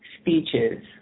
speeches